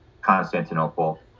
Constantinople